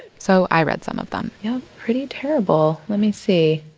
so i read some of them yeah, pretty terrible. let me see